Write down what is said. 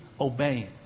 obeying